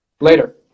Later